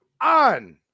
on